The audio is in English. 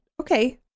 Okay